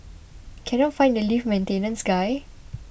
cannot find the lift maintenance guy